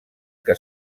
que